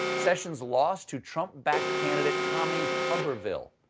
sessions lost to trump-backed candidate tommy tuberville,